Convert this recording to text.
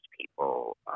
people